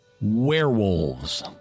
werewolves